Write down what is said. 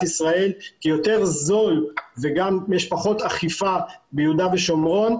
ישראל כי יותר זול וגם יש פחות אכיפה ביהודה ושומרון,